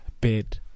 bed